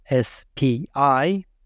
SPI